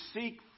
seek